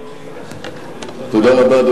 תודה רבה.